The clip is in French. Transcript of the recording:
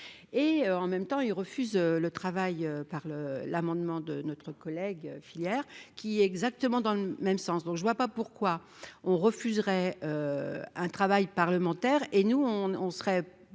et en même temps ils refusent le travail par le l'amendement de notre collègue filières qui exactement dans le même sens, donc je ne vois pas pourquoi on refuserait un travail parlementaire et nous on on serait